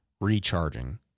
recharging